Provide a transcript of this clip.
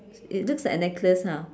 it looks like a necklace ha